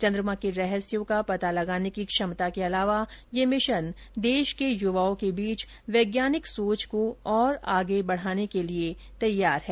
चंद्रमा के रहस्यों का पता लगाने की क्षमता के अलावा यह मिशन देश के युवाओं के बीच वैज्ञानिक सोच को और आगे बढ़ाने के लिए तैयार है